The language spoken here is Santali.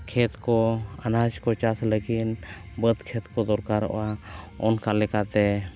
ᱠᱷᱮᱛ ᱠᱚ ᱟᱱᱟᱡᱽᱠᱚ ᱪᱟᱥ ᱞᱟᱹᱜᱤᱫ ᱵᱟᱹᱫᱽᱼᱠᱷᱮᱛ ᱠᱚ ᱫᱨᱚᱠᱟᱨᱚᱜᱼᱟ ᱚᱱᱠᱟ ᱞᱮᱠᱟᱛᱮ